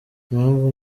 impamvu